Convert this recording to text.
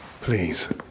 Please